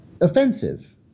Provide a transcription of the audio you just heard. offensive